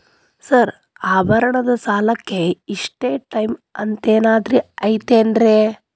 Sir ಆಭರಣದ ಸಾಲಕ್ಕೆ ಇಷ್ಟೇ ಟೈಮ್ ಅಂತೆನಾದ್ರಿ ಐತೇನ್ರೇ?